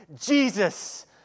Jesus